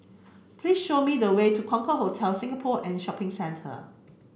please show me the way to Concorde Hotel Singapore and Shopping Centre